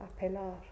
apelar